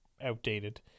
outdated